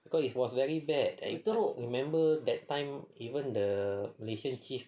but it was very bad remember that time even then malaysian chief